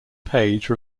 page